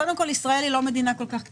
קודם כול, ישראל היא לא מדינה כל כך קטנה.